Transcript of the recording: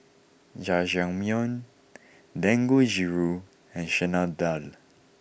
Jajangmyeon Dangojiru and Chana Dal